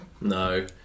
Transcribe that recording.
No